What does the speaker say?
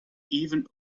even